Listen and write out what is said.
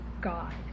God